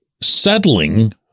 settling